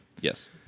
yes